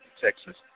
Texas